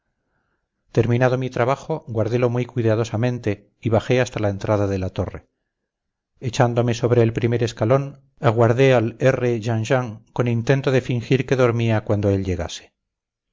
terminado mi trabajo guardélo muy cuidadosamente y bajé hasta la entrada de la torre echándome sobre el primer escalón aguardé al r jean jean con intento de fingir que dormía cuando él llegase